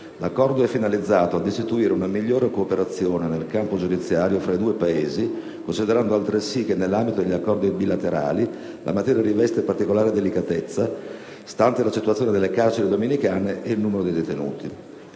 l'Accordo è finalizzato ad istituire una migliore collaborazione nel campo giudiziario tra i due Paesi, considerando altresì che nell'ambito degli accordi bilaterali la materia riveste particolare delicatezza, stante la situazione delle carceri domenicane; soprattutto